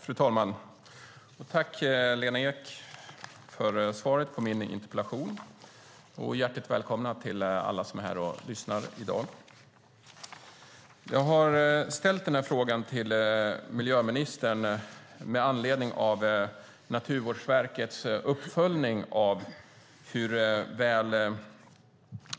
Fru talman! Tack, Lena Ek, för svaret på min interpellation. Hjärtligt välkomna till alla som är här och lyssnar i dag. Jag har ställt frågan till miljöministern med anledning av Naturvårdsverkets uppföljning av hur väl